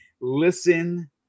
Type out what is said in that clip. Listen